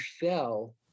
fell